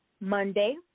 Monday